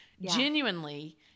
genuinely